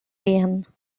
igen